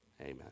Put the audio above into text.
amen